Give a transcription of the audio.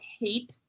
hate